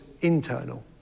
internal